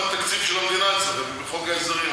המדינה אצלכם וחוק ההסדרים.